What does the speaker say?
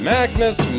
Magnus